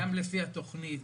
גם לפי התכנית,